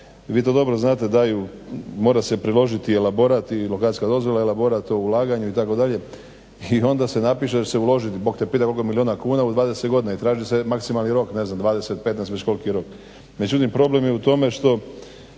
vi to dobro znate daju mora se priložiti elaborat i lokacijska dozvola i elaborat o ulaganju itd., i onda se napiše da će se uložiti Bog te pitaj koliko milijuna kuna u dvadeset godina i traži se maksimalni rok, 20, 15 ne znam, već koliki je rok. Međutim problem je u tome, što